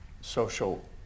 social